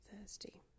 thirsty